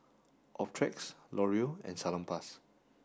Optrex Laurier and Salonpas